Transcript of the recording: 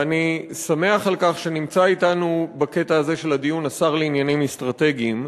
ואני שמח על כך שנמצא אתנו בקטע הזה של הדיון השר לעניינים אסטרטגיים,